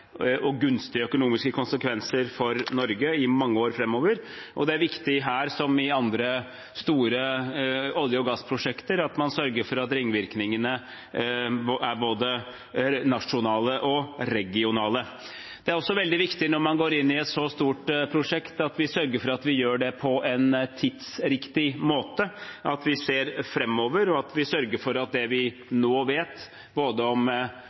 og gunstige økonomiske konsekvenser for Norge i mange år framover, og det er viktig her – som i andre store olje- og gassprosjekter – at man sørger for at ringvirkningene er både nasjonale og regionale. Det er også veldig viktig når man går inn i et så stort prosjekt, at vi sørger for at vi gjør det på en tidsriktig måte, at vi ser framover, og at vi sørger for at det vi nå vet, både om